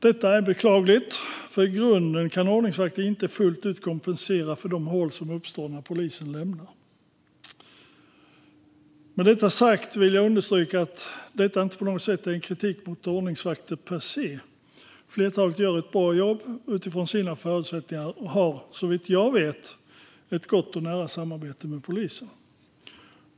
Detta är beklagligt, för i grunden kan ordningsvakter inte fullt ut kompensera för de hål som uppstår när polisen lämnar. Med detta sagt vill jag understryka att detta inte på något sätt är en kritik mot ordningsvakter per se. Flertalet gör ett bra jobb utifrån sina förutsättningar och har, såvitt jag vet, ett gott och nära samarbete med polisen.